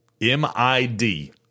M-I-D